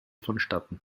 vonstatten